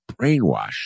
brainwashed